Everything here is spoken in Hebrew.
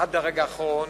עד הרגע האחרון,